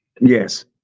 Yes